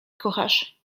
kochasz